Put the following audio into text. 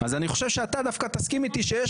אז אני חושב שאתה דווקא תסכים איתי שיש